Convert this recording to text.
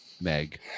Meg